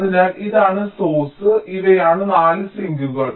അതിനാൽ ഇതാണ് സോഴ്സ് ഇവയാണ് 4 സിങ്കുകൾ